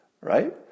right